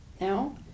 Now